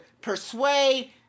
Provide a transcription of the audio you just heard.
persuade